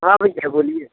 हाँ भैया बोलिए